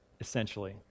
essentially